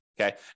Okay